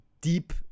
deep